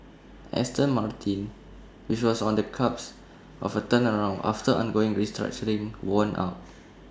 Aston Martin which was on the cusps of A turnaround after undergoing restructuring won out